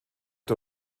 der